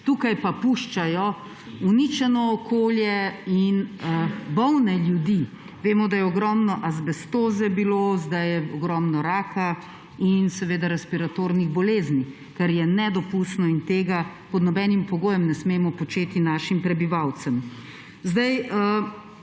tukaj pa puščajo uničeno okolje in bolne ljudi. Vemo, da je bilo ogromno azbestoze, zdaj je ogromno raka in seveda respiratornih bolezni, kar je nedopustno in tega pod nobenim pogojem ne smemo početi našim prebivalcem.